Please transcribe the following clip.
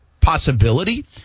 possibility